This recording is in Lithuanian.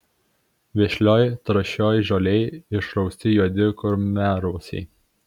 vešlioj trąšioj žolėj išrausti juodi kurmiarausiai